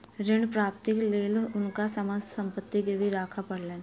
ऋण प्राप्तिक लेल हुनका समस्त संपत्ति गिरवी राखय पड़लैन